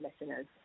listeners